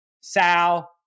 Sal